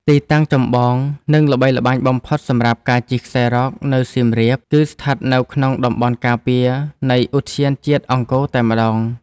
ទីតាំងចម្បង និងល្បីល្បាញបំផុតសម្រាប់ការជិះខ្សែរ៉កនៅសៀមរាប គឺស្ថិតនៅក្នុងតំបន់ការពារនៃឧទ្យានជាតិអង្គរតែម្ដង។